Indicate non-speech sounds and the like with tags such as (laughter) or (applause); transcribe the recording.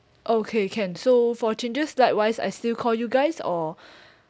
okay can so for changes likewise I still call you guys or (breath)